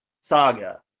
Saga